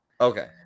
Okay